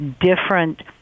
different